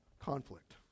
conflict